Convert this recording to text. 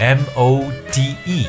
mode